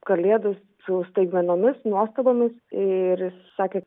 kalėdų su staigmenomis nuostabomis ir sakė